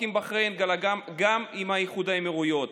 עם בחריין אלא גם עם איחוד האמירויות,